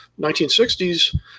1960s